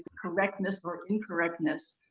correctness or incorrectness,